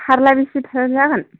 फारला बेसे बुरजा जागोन